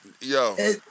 yo